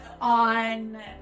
on